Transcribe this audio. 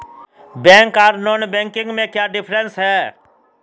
Bank आर non banking में क्याँ डिफरेंस है?